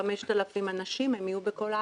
5,000 האנשים, הם יהיו בכל הארץ.